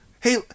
Hey